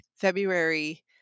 February